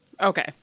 okay